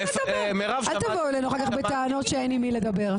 אל תבואו אלינו אחר כך בטענות שאין עם מי לדבר.